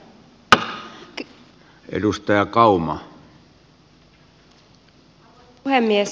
arvoisa puhemies